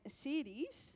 series